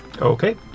Okay